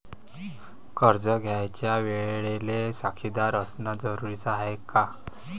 कर्ज घ्यायच्या वेळेले साक्षीदार असनं जरुरीच हाय का?